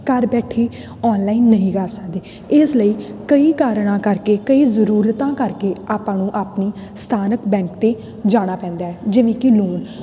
ਘਰ ਬੈਠੇ ਔਨਲਾਈਨ ਨਹੀਂ ਕਰ ਸਕਦੇ ਇਸ ਲਈ ਕਈ ਕਾਰਣਾਂ ਕਰਕੇ ਕਈ ਜ਼ਰੂਰਤਾਂ ਕਰਕੇ ਆਪਾਂ ਨੂੰ ਆਪਣੀ ਸਥਾਨਕ ਬੈਂਕ 'ਤੇ ਜਾਣਾ ਪੈਂਦਾ ਜਿਵੇਂ ਕੀ ਲੋਨ